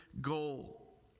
goal